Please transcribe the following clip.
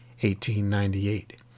1898